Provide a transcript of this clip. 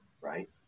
right